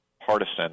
partisan